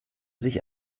sich